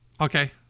Okay